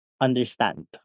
understand